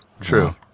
true